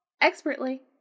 expertly